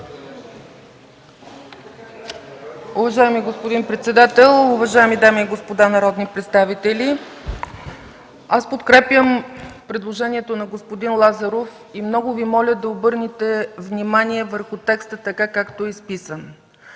Уважаеми господин председател, уважаеми дами и господа народни представители! Подкрепям предложението на господин Лазаров и много Ви моля да обърнете внимание върху текста така, както е изписан.